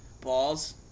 balls